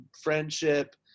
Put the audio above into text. friendship